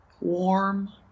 warm